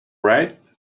right